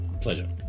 Pleasure